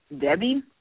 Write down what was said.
Debbie